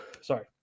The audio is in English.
sorry